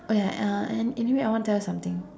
oh ya uh an~ anyway I want tell you something